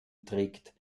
trägt